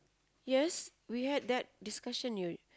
yes we had that discussion you